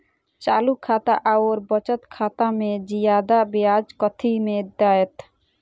चालू खाता आओर बचत खातामे जियादा ब्याज कथी मे दैत?